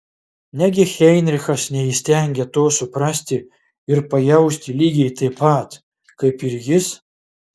negi heinrichas neįstengia to suprasti ir pajausti lygiai taip pat kaip ir jis